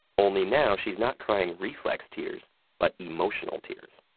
only now, she's not crying reflex tears but emotional tears.